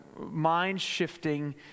mind-shifting